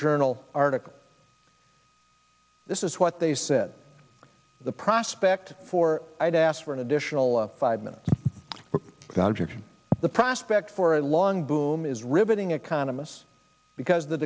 journal article this is what they said the prospect for i'd asked for an additional five minutes dodging the prospect for a long boom is riveting economists because the